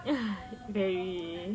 very